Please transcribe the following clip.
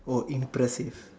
oh impressive